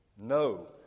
No